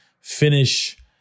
finish